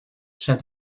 said